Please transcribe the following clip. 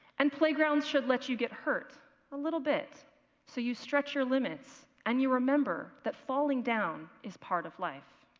and playgrounds should let you get hurt a little bit so you stretch your limits and you remember that falling down is part of life.